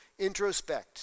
introspect